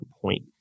point